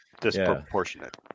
disproportionate